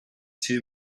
two